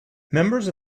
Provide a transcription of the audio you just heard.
members